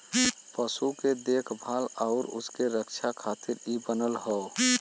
पशु के देखभाल आउर उनके रक्षा खातिर इ बनल हौ